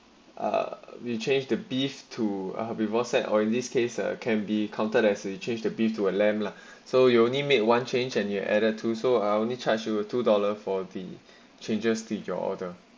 uh you change the beef to people or in this case uh can be counted as a change the beef to a lamb lah so you only make one change and your added to so I only charged you were two dollar for the changes to your order